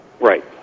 right